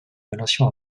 relation